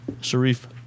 Sharif